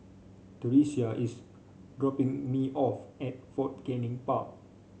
Theresia is dropping me off at Fort Canning Park